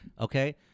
Okay